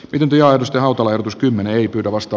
pidempi autoverotus kymmene ei pyydä vasta